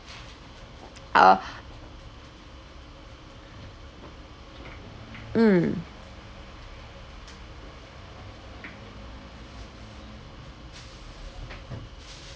ah mm